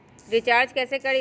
Recharge कैसे करीब?